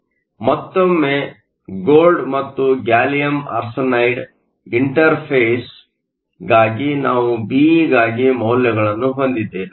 ಮತ್ತೊಮ್ಮೆ ಗೋಲ್ಡ್ ಮತ್ತು gallium arsenide ಇಂಟರ್ಫೇಸ್ಗಾಗಿ ನಾವು Be ಗಾಗಿ ಮೌಲ್ಯಗಳನ್ನು ಹೊಂದಿದ್ದೇವೆ